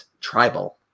tribal